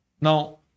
Now